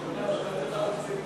חבר הכנסת זחאלקה, תיזהר על השפם.